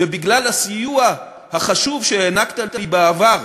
ובגלל הסיוע החשוב שהענקת לי בעבר,